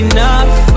Enough